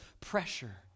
pressure